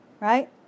right